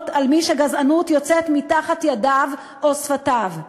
על מי שגזענות יוצאת מתחת ידיו או שפתיו.